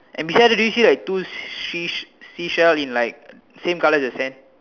and beside her do you see like the two sea seashell in like same color as the sand